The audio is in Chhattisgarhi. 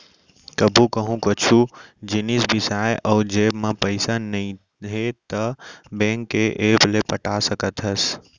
कभू कहूँ कुछु जिनिस बिसाए अउ जेब म पइसा नइये त बेंक के ऐप ले पटा सकत हस